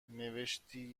نوشتی